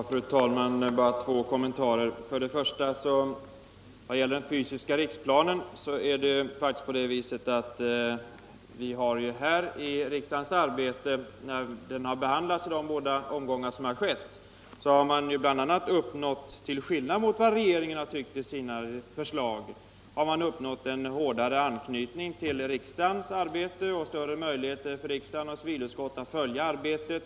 Fru talman! Jag har två kommentarer som jag vill framföra. Den ena gäller den fysiska riksplanen. När det gäller denna fråga har vi ju under de två omgångar som denna har behandlats i riksdagen bl.a. uppnått — till skillnad mot vad regeringen avsett i sina förslag — en hårdare anknytning till riksdagens arbete och större möjligheter för riksdagen och civilutskottet att följa arbetet.